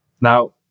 Now